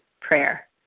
prayer